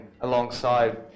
alongside